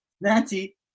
nancy